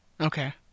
Okay